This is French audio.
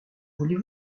voulez